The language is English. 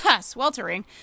sweltering